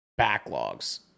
backlogs